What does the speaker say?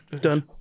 Done